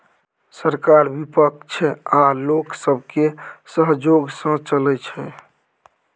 सरकार बिपक्ष आ लोक सबके सहजोग सँ चलइ छै